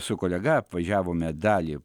su kolega apvažiavome dalį